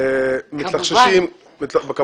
מה